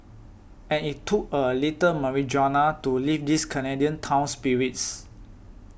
and it took a little marijuana to lift this Canadian town's spirits